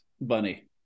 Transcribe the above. bunny